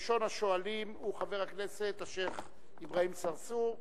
ראשון השואלים הוא חבר הכנסת השיח' אברהים צרצור,